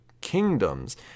Kingdoms